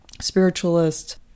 spiritualist